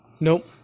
Nope